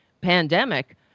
pandemic